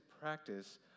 practice